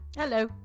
Hello